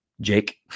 Jake